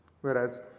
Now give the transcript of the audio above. Whereas